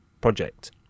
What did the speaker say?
project